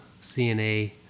CNA